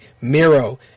Miro